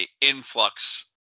influx